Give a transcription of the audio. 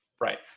Right